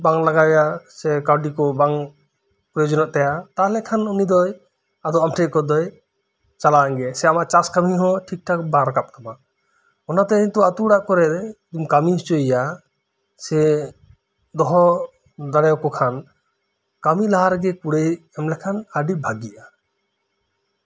ᱵᱟᱝ ᱞᱟᱜᱟᱣᱟᱭᱟ ᱥᱮ ᱠᱟᱹᱣᱰᱤ ᱠᱚ ᱵᱟᱝ ᱯᱨᱚᱭᱳᱡᱚᱱᱚᱜ ᱛᱟᱭᱟ ᱛᱟᱞᱦᱮ ᱠᱷᱟᱱ ᱩᱱᱤ ᱫᱚ ᱟᱫᱚ ᱟᱢ ᱴᱷᱮᱱ ᱠᱷᱚᱱ ᱫᱚᱭ ᱪᱟᱞᱟᱣᱮᱱ ᱜᱮ ᱥᱮ ᱟᱢᱟᱜ ᱪᱟᱥ ᱠᱟᱹᱢᱤ ᱦᱚᱸ ᱴᱷᱤᱠᱼᱴᱷᱟᱠ ᱵᱟᱝ ᱨᱟᱠᱟᱵ ᱛᱟᱢᱟ ᱚᱱᱟᱛᱮ ᱱᱤᱛᱳᱜ ᱟᱹᱛᱳ ᱟᱲᱟᱜ ᱠᱚᱨᱮ ᱡᱩᱫᱤᱢ ᱠᱟᱹᱢᱤ ᱦᱚᱪᱚᱭᱮᱭᱟ ᱥᱮ ᱫᱚᱦᱚ ᱫᱟᱲᱮᱭᱟᱠᱚ ᱠᱷᱟᱱ ᱠᱟᱹᱢᱤ ᱞᱟᱦᱟ ᱨᱮᱜᱮ ᱠᱩᱲᱟᱹᱭ ᱮᱢ ᱫᱟᱲᱮᱣᱟᱠᱚ ᱠᱷᱟᱱ ᱟᱹᱰᱤ ᱵᱷᱟᱹᱜᱮᱜᱼᱟ